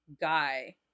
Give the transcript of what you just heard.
guy